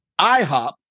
IHOP